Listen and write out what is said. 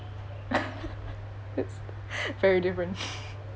it's very different